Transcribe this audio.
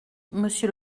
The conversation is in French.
monsieur